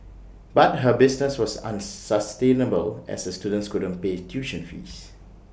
but her business was unsustainable as her students couldn't pay tuition fees